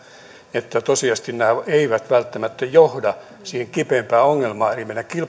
että tosiasiallisesti nämä eivät välttämättä johda sen kipeimmän ongelman eli meidän